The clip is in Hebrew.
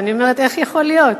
ואני אומרת: איך יכול להיות?